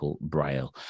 Braille